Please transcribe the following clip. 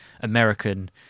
American